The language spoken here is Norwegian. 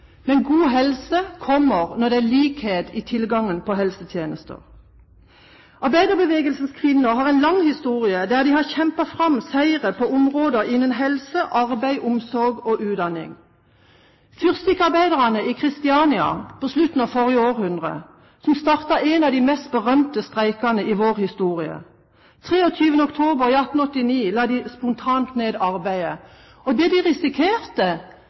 God helse kommer når det er likhet i tilgangen på helsetjenester. Arbeiderbevegelsens kvinner har en lang historie der de har kjempet fram seire på områder innenfor helse, arbeid, omsorg og utdanning. Fyrstikkarbeiderne i Kristiania startet på slutten av det 19. århundre en av de mest berømte streikene i vår historie. 23. oktober i 1889 la de spontant ned arbeidet. Det de risikerte,